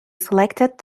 selected